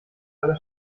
aller